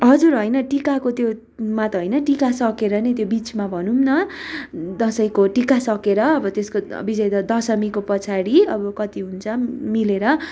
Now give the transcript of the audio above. हजुर होइन टीकाको त्यो मा त होइन टीका सकेर त्यो बिचमा भनौँ न दसैँको टीका सकेर अब त्यसको विजया दशमीको पछाडि अब कति हुन्छ मिलेर